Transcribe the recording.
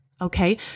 Okay